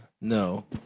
No